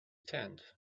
tent